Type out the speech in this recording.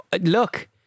Look